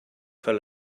feel